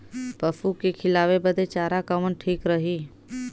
पशु के खिलावे बदे चारा कवन ठीक रही?